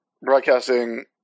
Broadcasting